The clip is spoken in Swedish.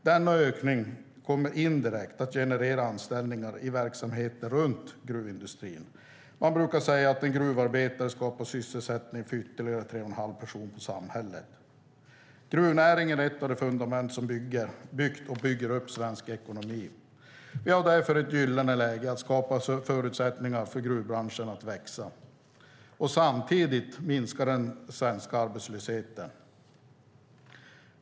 Denna ökning kommer indirekt att generera anställningar i verksamheter runt gruvindustrin. Man brukar säga att en gruvarbetare skapar sysselsättning för ytterligare 3 1⁄2 person i samhället. Gruvnäringen är ett av de fundament som byggt och bygger upp svensk ekonomi.